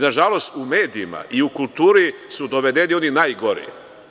Nažalost i u medijima i u kulturi su dovedeni oni najgori.